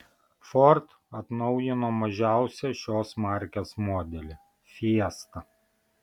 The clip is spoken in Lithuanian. ford atnaujino mažiausią šios markės modelį fiesta